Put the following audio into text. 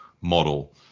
model